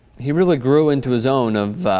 he really grew into a zone of